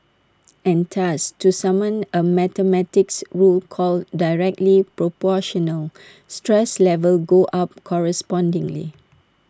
and thus to summon A mathematics rule called directly Proportional stress levels go up correspondingly